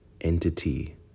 entity